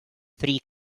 three